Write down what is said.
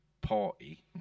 party